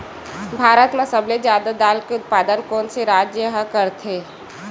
भारत मा सबले जादा दाल के उत्पादन कोन से राज्य हा करथे?